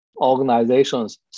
organizations